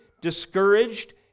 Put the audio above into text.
discouraged